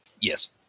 Yes